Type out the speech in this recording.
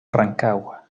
rancagua